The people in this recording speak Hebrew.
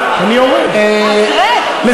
אני מצטערת, אני יורד.